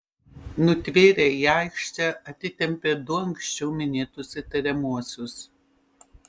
nutvėrę į aikštę atitempė du anksčiau minėtus įtariamuosius